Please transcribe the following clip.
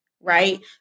Right